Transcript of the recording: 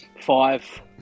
Five